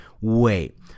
wait